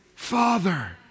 Father